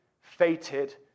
fated